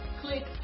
click